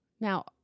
now